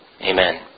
Amen